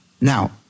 Now